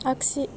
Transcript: आगसि